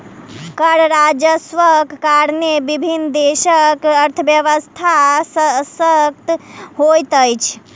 कर राजस्वक कारणेँ विभिन्न देशक अर्थव्यवस्था शशक्त होइत अछि